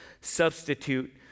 substitute